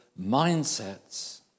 mindsets